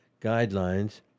guidelines